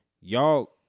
y'all